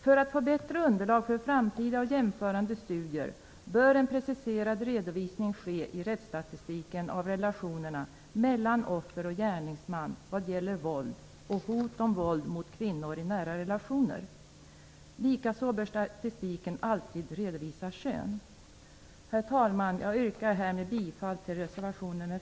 För att få ett bättre underlag för framtida och jämförande studier bör en preciserad redovisning av relationerna mellan offer och gärningsman ske i rättsstatistiken vad gäller våld och hot om våld mot kvinnor i nära relationer. Likaså bör statistiken alltid redovisa kön. Herr talman! Jag yrkar härmed bifall till reservation nr 4.